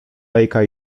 lejka